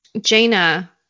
Jaina